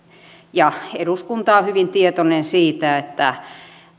ja eduskunta ovat hyvin tietoisia siitä että